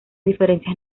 diferencias